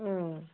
ம்